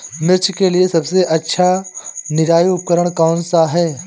मिर्च के लिए सबसे अच्छा निराई उपकरण कौनसा है?